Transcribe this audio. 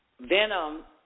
Venom